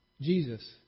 Jesus